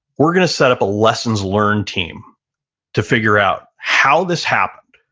we're going to set up a lessons learned team to figure out how this happened,